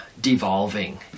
devolving